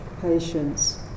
patience